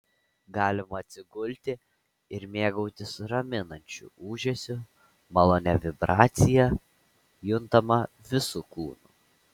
galima atsigulti ir mėgautis raminančiu ūžesiu malonia vibracija juntama visu kūnu